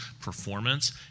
performance